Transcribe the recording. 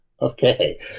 Okay